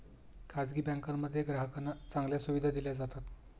खासगी बँकांमध्ये ग्राहकांना चांगल्या सुविधा दिल्या जातात